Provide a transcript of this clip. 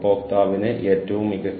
പക്ഷേ ഇവിടെ ആരുമില്ല